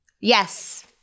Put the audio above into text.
yes